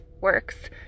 works